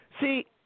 see